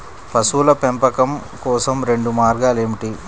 పశువుల పెంపకం కోసం రెండు మార్గాలు ఏమిటీ?